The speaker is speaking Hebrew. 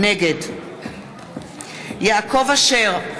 נגד יעקב אשר,